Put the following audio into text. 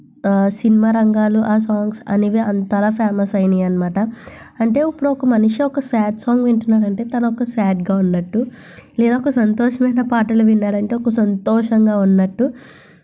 cinema రంగాలు ఆ songs అనేవి అంతగా ఫేమస్ అయినాయి అన్నమాట అంటే ఇప్పుడు ఒక మనిషి ఒక సాడ్ సాంగ్ వింటున్నాడు అంటే తను సాడ్గా ఉన్నట్టు లేదా ఒక సంతోషకరమైన పాటలు విన్నాడు అంటే ఒక సంతోషంగా ఉన్నట్టు